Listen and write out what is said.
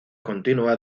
continua